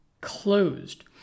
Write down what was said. closed